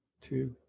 Two